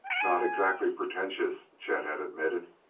not exactly pretentious, chet had admitted,